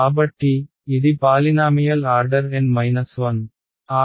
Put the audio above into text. కాబట్టి ఇది polynomial order N 1